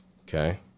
Okay